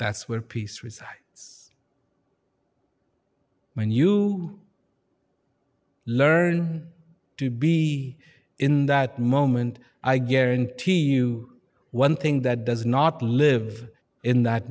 that's where peace with it's when you learn to be in that moment i guarantee you one thing that does not live in that